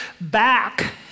back